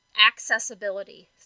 Accessibility